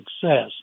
success